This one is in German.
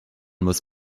muss